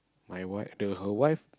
my wife the her wife